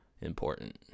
important